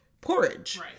porridge